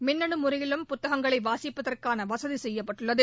மின்னணு முறையிலும் புத்தகங்களை வாசிப்பதற்கான வசதி செய்யப்பட்டுள்ளது